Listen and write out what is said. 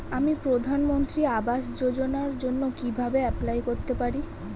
আমি প্রধানমন্ত্রী আবাস যোজনার জন্য কিভাবে এপ্লাই করতে পারি?